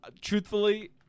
Truthfully